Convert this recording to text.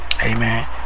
Amen